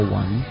one